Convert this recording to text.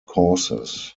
causes